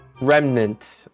remnant